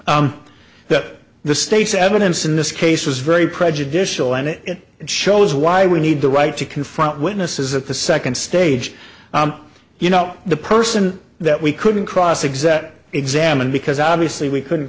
g that the state's evidence in this case was very prejudicial and it shows why we need the right to confront witnesses at the second stage you know the person that we couldn't cross exam examine because obviously we couldn't